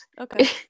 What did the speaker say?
okay